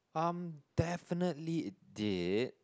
um definitely it did